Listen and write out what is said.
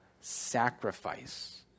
sacrifice